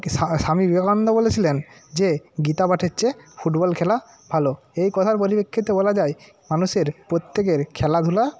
স্বা স্বামী বিবেকানন্দ বলেছিলেন যে গীতা পাঠের চেয়ে ফুটবল খেলা ভালো এই কথার পরিপ্রেক্ষিতে বলা যায় মানুষের প্রত্যেকের খেলাধুলা